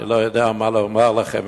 אני לא יודע מה לומר לכם,